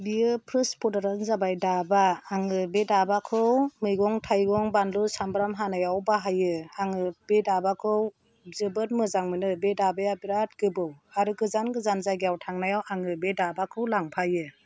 बियो फार्स्ट प्रडाक्टानो जाबाय दाबा आङो बे दाबाखौ मैगं थायगं बानलु सामब्राम हानायाव बाहायो आङो बे दाबाखौ जोबोद मोजां मोनो बे दाबाया बिराद गोबौ आरो गोजान गोजान जायगायाव थांनायाव आङो बे दाबाखौ लांफायो